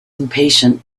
impatient